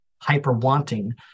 hyper-wanting